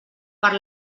per